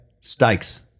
Stakes